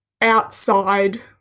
outside